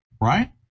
Right